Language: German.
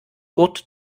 gurt